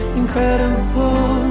incredible